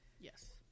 Yes